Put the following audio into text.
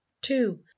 Two